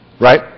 Right